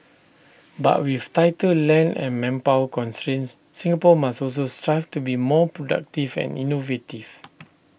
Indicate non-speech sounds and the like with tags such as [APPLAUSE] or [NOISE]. [NOISE] but with tighter land and manpower constraints Singapore must also strive to be more productive and innovative